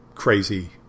crazy